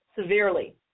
severely